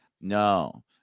No